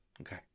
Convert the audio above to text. okay